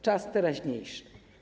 Czas teraźniejszy.